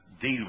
deal